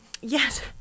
Yes